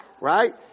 right